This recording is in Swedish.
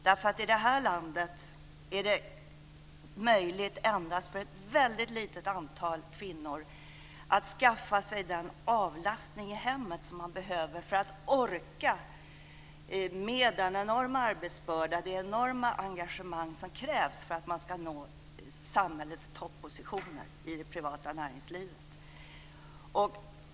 I det här landet är det nämligen möjligt endast för ett väldigt litet antal kvinnor att skaffa sig den avlastning i hemmet som man behöver för att orka med den enorma arbetsbörda och det enorma engagemang som krävs för att man ska nå samhällets toppositioner i det privata näringslivet.